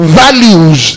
values